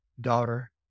daughter